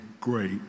great